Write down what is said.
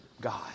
God